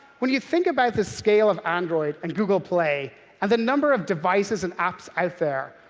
when you think about the scale of android and google play and the number of devices and apps out there,